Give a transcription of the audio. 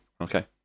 Okay